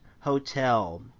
Hotel